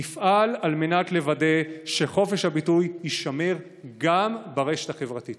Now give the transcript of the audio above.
נפעל לוודא שחופש הביטוי יישמר גם ברשת החברתית.